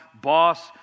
boss